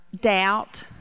doubt